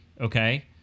okay